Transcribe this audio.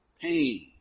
pain